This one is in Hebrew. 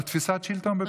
זו תפיסת שלטון בכוח.